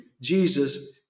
Jesus